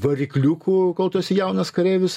varikliuku kol tu esi jaunas kareivis